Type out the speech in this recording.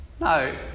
No